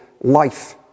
life